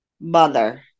mother